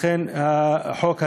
לכן החוק הזה,